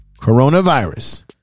coronavirus